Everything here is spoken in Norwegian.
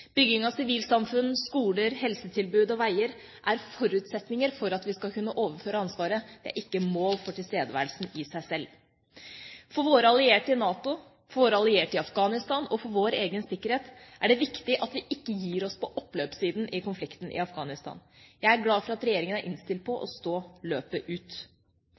Bygging av sivilsamfunn, skoler, helsetilbud og veier er forutsetninger for at vi skal kunne overføre ansvaret, det er ikke et mål for tilstedeværelsen i seg sjøl. For våre allierte i NATO, for våre allierte i Afghanistan og for vår egen sikkerhet er det viktig at vi ikke gir oss på oppløpssiden i konflikten i Afghanistan. Jeg er glad for at regjeringa er innstilt på å stå løpet ut.